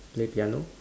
play piano